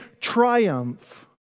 triumph